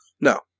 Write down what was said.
No